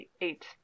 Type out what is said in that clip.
eight